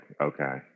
okay